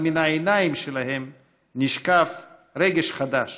אבל מן העיניים שלהם נשקף רגש חדש,